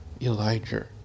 Elijah